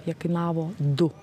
jie kainavo du